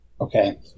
Okay